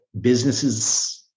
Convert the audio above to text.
businesses